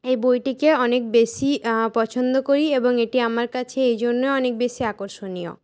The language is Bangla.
এ বইটিকে অনেক বেশী পছন্দ করি এবং এটি আমার কাছে এই জন্যে অনেক বেশী আকর্ষণীয়